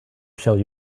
shall